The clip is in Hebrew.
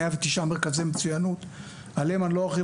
109 מרכזי מצויינות עליהם אני לא ארחיב.